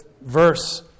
verse